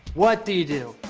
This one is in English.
what do you do?